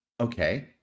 Okay